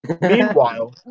Meanwhile